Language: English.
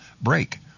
break